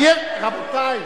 רבותי.